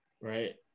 right